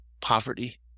poverty